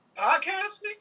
podcasting